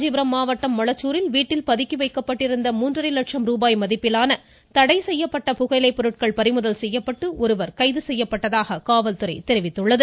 காஞ்சிபுரம் மாவட்டம் மொளச்சூரில் வீட்டில் பதுக்கி வைக்கப்பட்டிருந்த மூன்றரை லட்சம் ரூபாய் மதிப்பிலான தடை செய்யப்பட்ட புகையிலைப் பொருட்கள் பறிமுதல் செய்யப்பட்டு ஒருவர் கைது செய்யப்பட்டுள்ளதாக காவல்துறை தெரிவித்துள்ளது